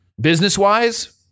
business-wise